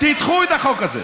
תדחו את החוק הזה.